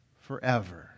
forever